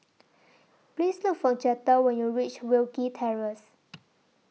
Please Look For Jetta when YOU REACH Wilkie Terrace